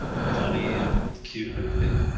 funny and cute and everything.